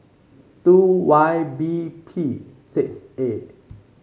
two Y B P six A